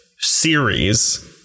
series